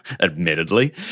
admittedly